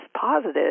positive